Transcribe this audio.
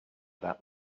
that